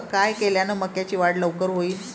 काय केल्यान मक्याची वाढ लवकर होईन?